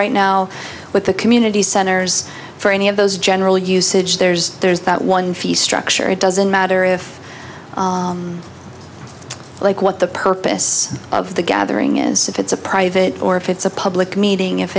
right now with the community centers for any of those general usage there's there's that one fee structure it doesn't matter if like what the purpose of the gathering is if it's a private or if it's a public meeting if